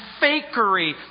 fakery